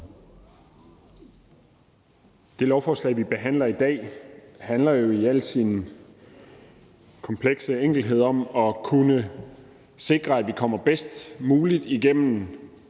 Det lovforslag, vi behandler i dag, handler i al sin komplekse enkelhed om at kunne sikre, at vi kommer bedst muligt igennem